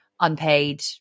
unpaid